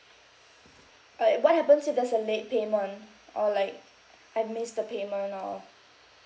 uh uh what happens if there's a late payment or like I missed the payment or